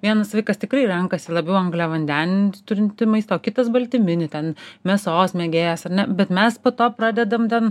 vienas vaikas tikrai renkasi labiau angliavanden turintį maistą o kitas baltyminį ten mėsos mėgėjas ar ne bet mes po to pradedam ten